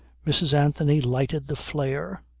mrs. anthony lighted the flare?